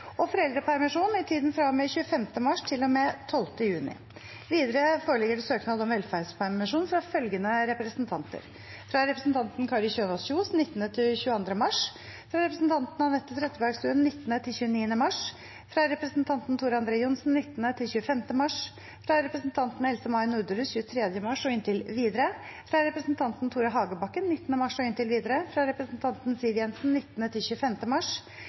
og med 24. mars og foreldrepermisjon i tiden fra og med 25. mars til og med 12. juni. Videre foreligger det søknad om velferdspermisjon fra følgende representanter: fra representanten Kari Kjønaas Kjos 19.–22. mars fra representanten Anette Trettebergstuen 19.–29. mars fra representanten Tor André Johnsen 19.–25. mars fra representanten Else-May Norderhus 23. mars og inntil videre fra representanten Tore Hagebakken 19. mars og inntil videre fra representanten Siv Jensen 19.–25. mars